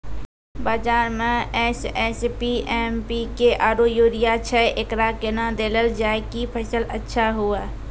बाजार मे SSP, MPK आरु यूरिया छैय, एकरा कैना देलल जाय कि फसल अच्छा हुये?